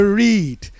read